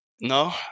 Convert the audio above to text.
No